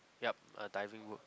yup a diving book